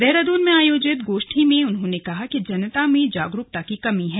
देहरादून में आयोजित गोष्ठी में उन्होंने कहा कि जनता में जागरूकता की काफी कमी है